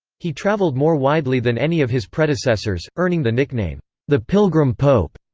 he travelled more widely than any of his predecessors, earning the nickname the pilgrim pope.